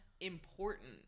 important